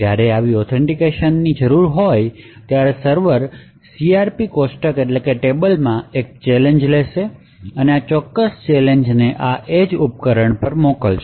જ્યારે આવી ઓથેન્ટિકેશનની જરૂર હોય ત્યારે સર્વર CRP કોષ્ટકમાંથી એક ચેલેંજ લેશે અને આ ચોક્કસ ચેલેંજને આ એજ ઉપકરણ પર મોકલશે